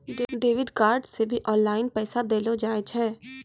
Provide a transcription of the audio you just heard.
debit card से भी online पैसा देलो जाय छै